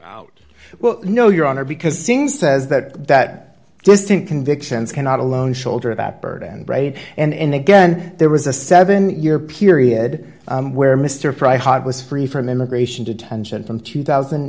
out well no your honor because seems says that that just think convictions cannot alone shoulder that burden and right and again there was a seven year period where mr price was free from immigration detention from two thousand